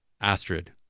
Astrid